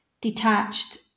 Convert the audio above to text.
detached